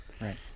Right